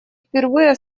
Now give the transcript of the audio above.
впервые